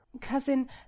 Cousin